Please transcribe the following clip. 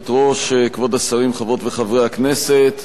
תודה רבה,